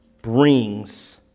brings